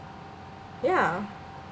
ya